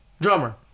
drummer